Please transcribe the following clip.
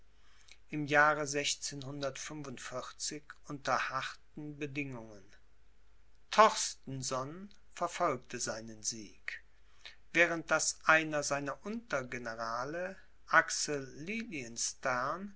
im jahre unter harten bedingungen torstenson verfolgte seinen sieg während daß einer seiner untergenerale